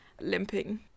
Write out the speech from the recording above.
limping